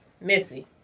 Missy